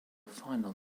final